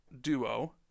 duo